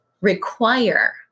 require